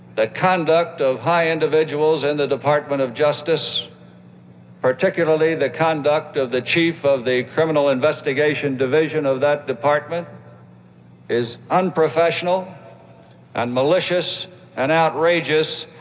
the conduct of high individuals in and the department of justice particularly the conduct of the chief of the criminal investigation division of that department is unprofessional and malicious and outrageous,